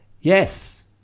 yes